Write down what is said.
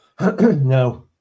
No